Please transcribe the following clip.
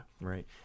right